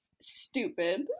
stupid